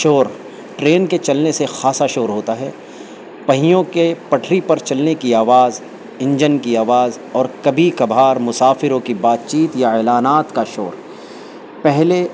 شور ٹرین کے چلنے سے خاصا شور ہوتا ہے پہیوں کے پٹری پر چلنے کی آواز انجن کی آواز اور کبھی کبھار مسافروں کی بات چیت یا اعلانات کا شور پہلے